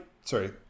Sorry